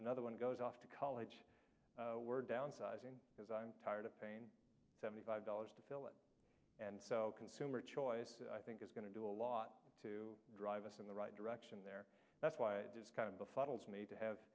another one goes off to college where downsizing because i'm tired of paying seventy five dollars to fill it and so consumer choice i think is going to do a lot to drive us in the right direction there that's why it is kind of befuddles me to have